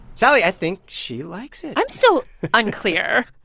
sally, i think she likes it i'm still unclear.